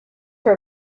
her